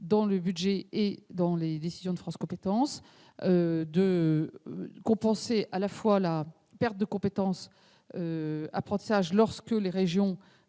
dans ce budget et dans les décisions de France compétences, de compenser à la fois la perte de la compétence apprentissage, pour les régions